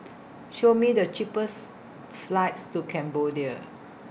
Show Me The cheapest flights to Cambodia